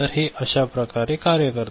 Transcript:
तर हे अश्या प्रकारे कार्य करते